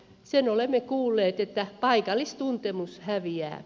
sen olemme kuulleet että paikallistuntemus häviää